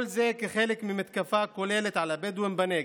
כל זה כחלק ממתקפה כוללת על הבדואים בנגב,